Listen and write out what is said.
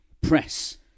press